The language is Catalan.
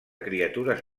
criatures